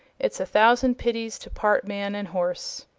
it's a thousand pities to part man and horse.